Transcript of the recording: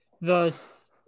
thus